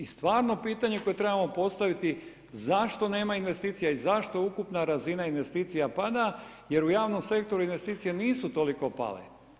I stvarno pitanje koje trebamo postaviti zašto nema investicija i zašto je ukupna razina investicija pada, jer u javnom sektoru investicije nisu toliko pale.